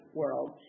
world